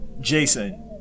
Jason